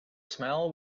smell